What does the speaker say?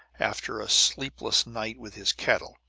after a sleepless night with his cattle,